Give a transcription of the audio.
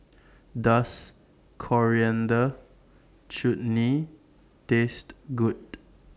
Does Coriander Chutney Taste Good